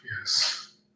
Yes